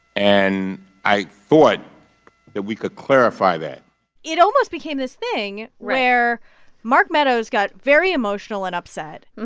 and i thought that we could clarify that it almost became this thing where mark meadows got very emotional and upset.